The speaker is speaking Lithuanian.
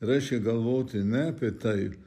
reiškia galvoti ne apie tai